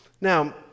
Now